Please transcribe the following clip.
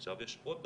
עכשיו, יש עוד דבר,